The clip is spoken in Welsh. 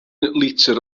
litr